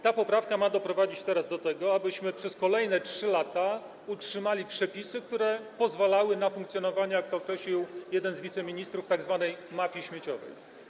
Ta poprawka ma doprowadzić teraz do tego, abyśmy przez kolejne 3 lata utrzymali przepisy, które pozwalały na funkcjonowanie, jak to określił jeden z wiceministrów, tzw. mafii śmieciowej.